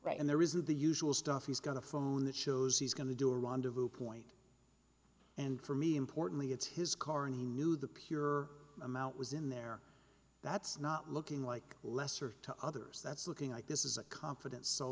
right and there isn't the usual stuff he's going to phone that shows he's going to do a rendezvous point and for me importantly it's his car and he knew the pure amount was in there that's not looking like lesser to others that's looking like this is a confident so